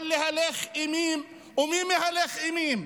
אבל להלך אימים, ומי מהלך אימים?